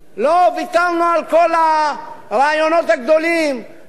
לא ויתרנו על כל הרעיונות הגדולים לתת